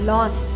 Loss